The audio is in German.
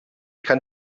kann